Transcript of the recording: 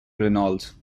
reynolds